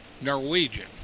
Norwegian